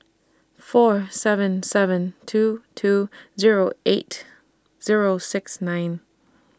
four seven seven two two Zero eight Zero six nine